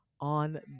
on